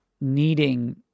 needing